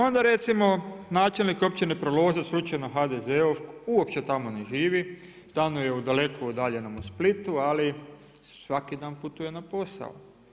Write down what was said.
Onda recimo načelnik Općine Proložac, slučajno HDZ-ov uopće tamo ne živi, stanuje u daleko udaljenom Splitu, ali svaki dan putuje na posao.